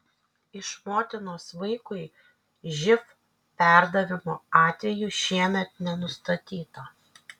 iš motinos vaikui živ perdavimo atvejų šiemet nenustatyta